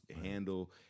handle